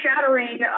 shattering